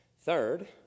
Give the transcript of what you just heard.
Third